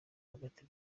hagati